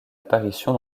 apparition